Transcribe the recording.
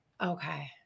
Okay